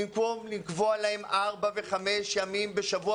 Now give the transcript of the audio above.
במקום לקבוע להם ארבעה וחמישה ימים בשבוע,